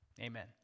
Amen